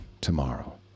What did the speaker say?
tomorrow